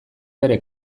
bere